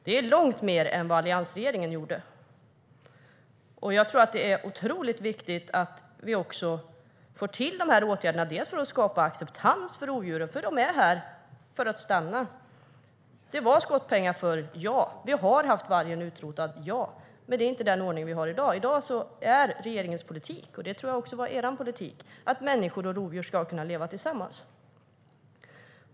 Det är långt mer än vad alliansregeringen gjorde. Det är otroligt viktigt att få till dessa åtgärder för att skapa acceptans för rovdjuren. De är här för att stanna. Det var skottpengar förr, ja. Vargen har varit utrotad, ja. Men den ordningen har vi inte i dag. I dag är regeringens politik - och det tror jag också var er politik - att människor och rovdjur ska kunna leva tillsammans.